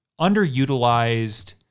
Underutilized